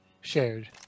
shared